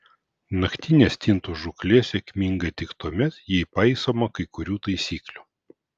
naktinė stintų žūklė sėkminga tik tuomet jei paisoma kai kurių taisyklių